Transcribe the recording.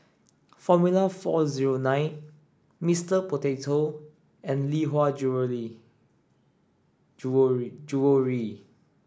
Formula four zero nine Mister Potato and Lee Hwa Jewellery Jewellery